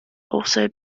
also